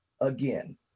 again